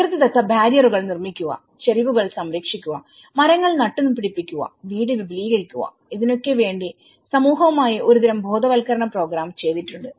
പ്രകൃതിദത്ത ബാരിയറുകൾ നിർമ്മിക്കുക ചരിവുകൾ സംരക്ഷിക്കുക മരങ്ങൾ നട്ടുപിടിപ്പിക്കുക വീട് വിപുലീകരിക്കുക ഇതിനൊക്കെ വേണ്ടി സമൂഹവുമായി ഒരുതരം ബോധവൽക്കരണം പ്രോഗ്രാം ചെയ്തിട്ടുണ്ട്